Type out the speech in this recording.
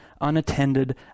unattended